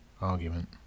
argument